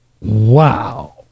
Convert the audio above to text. Wow